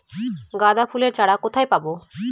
গাঁদা ফুলের চারা কোথায় পাবো?